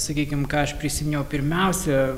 sakykim ką aš prisiminiau pirmiausia